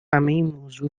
امروزه